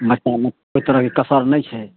बच्चामे कोइ तरहके कसर नहि छै